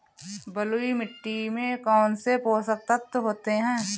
बलुई मिट्टी में कौनसे पोषक तत्व होते हैं?